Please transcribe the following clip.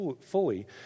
fully